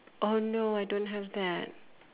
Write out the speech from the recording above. oh no I don't have that